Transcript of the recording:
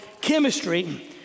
chemistry